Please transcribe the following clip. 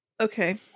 Okay